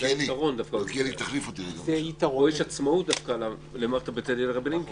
פה יש דווקא עצמאות למערכת הדין הרבניים כי